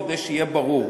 כדי שיהיה ברור.